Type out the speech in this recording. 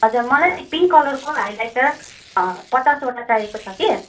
हजुर मलाई नि पिङ्क कलरको हाइलाइटर पचासवटा चाहिएको छ कि